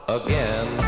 again